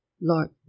Lord